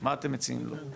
מה אתם מציעים לו?